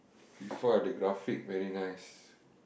Fifa the graphic very nice